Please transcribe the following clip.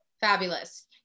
Fabulous